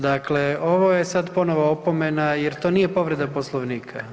Dakle, ovo je sad ponovo opomena jer to nije povreda Poslovnika.